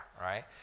right